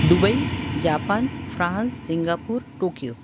Dubai Japan France Singapore Tokyo